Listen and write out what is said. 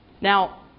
Now